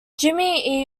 jimmy